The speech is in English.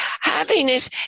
Happiness